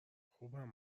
خوبم